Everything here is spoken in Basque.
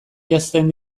janzten